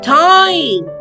time